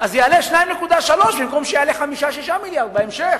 אז יעלה 2.3 במקום שיעלה 5 6 מיליארדים בהמשך,